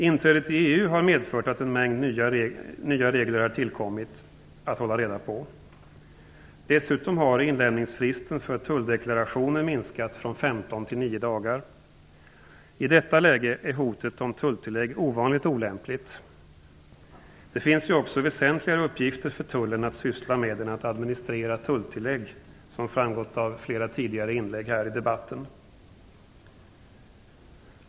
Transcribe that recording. Inträdet i EU har medfört en mängd nya regler att hålla reda på. Dessutom har inlämningsfristen för tulldeklarationer minskat från 15 till 9 dagar. I detta läge är hotet om tulltillägg ovanligt olämpligt. Det finns väsentligare uppgifter för Tullen att syssla med än att administrera tulltillägg, vilket framgått av debatten tidigare.